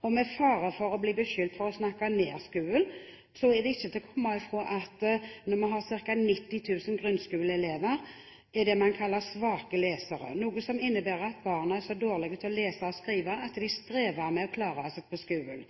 Med fare for å bli beskyldt for å snakke ned skolen er det ikke til å komme bort fra at vi har ca. 90 000 grunnskoleelever som er det vi kaller svake lesere, noe som innebærer at barna er så dårlige til å lese og skrive at de strever med å klare seg på skolen.